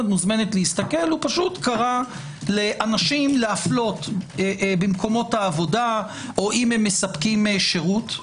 הוא פשוט קרא לאנשים להפלות במקומות העבודה או אם הם מספקים שירות.